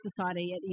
society